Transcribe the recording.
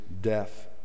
death